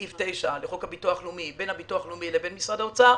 לפי סעיף 9 לחוק הביטוח הלאומי בין הביטוח הלאומי לבין משרד האוצר,